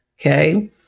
okay